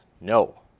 no